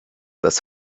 das